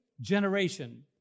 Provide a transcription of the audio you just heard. generation